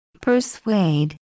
persuade